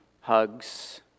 hugs